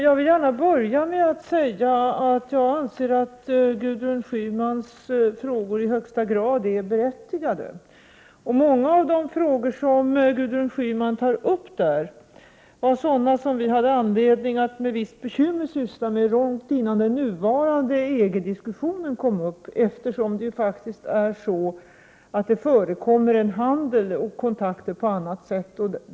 Fru talman! Jag vill börja med att säga att jag anser att Gudrun Schymans interpellation är i högsta grad berättigad. Många av de frågor som Gudrun Schyman tar upp där är sådana som vi hade anledning att med ett visst bekymmer syssla med långt innan den nuvarande EG-diskussionen uppstod, eftersom det faktiskt förekommer en handel och kontakter på annat sätt.